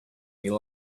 you